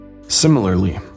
Similarly